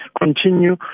continue